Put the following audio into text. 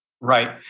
Right